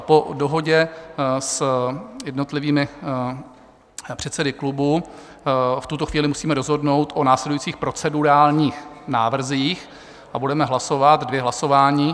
Po dohodě s jednotlivými předsedy klubů v tuto chvíli musíme rozhodnout o následujících procedurálních návrzích a budeme hlasovat dvě hlasování.